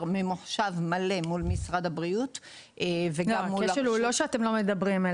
ממוחשב מלא מול משרד הבריאות --- הכשל הוא לא שאתם לא מדברים,